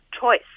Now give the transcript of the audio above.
choice